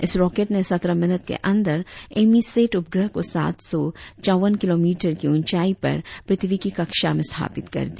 इस रॉकेट ने सत्रह मिनट के अंदर एमीसैट उपग्रह को सात सौ चौवन किमोमीटर की ऊंचाई पर पृथ्वी की कक्षा में स्थापित कर दिया